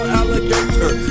alligator